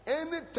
anytime